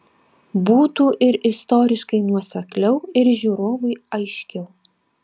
būtų ir istoriškai nuosekliau ir žiūrovui aiškiau